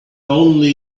only